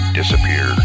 disappear